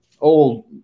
old